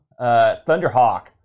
Thunderhawk